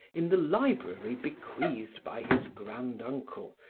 in the library bequeathed by his grand-uncle,